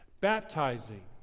baptizing